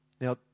Now